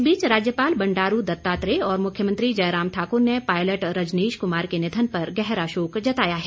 इस बीच राज्यपाल बंडारू दत्तात्रेय और मुख्यमंत्री जयराम ठाकुर ने पायलट रजनीश कुमार के निधन पर गहरा शोक जताया है